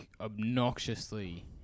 obnoxiously